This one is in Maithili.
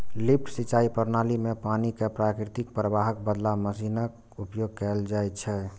लिफ्ट सिंचाइ प्रणाली मे पानि कें प्राकृतिक प्रवाहक बदला मशीनक उपयोग कैल जाइ छै